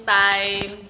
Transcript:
time